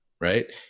right